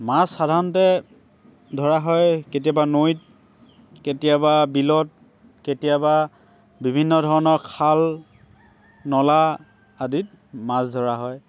মাছ সাধাৰণতে ধৰা হয় কেতিয়াবা নৈত কেতিয়াবা বিলত কেতিয়াবা বিভিন্ন ধৰণৰ খাল নলা আদিত মাছ ধৰা হয়